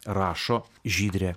rašo žydrė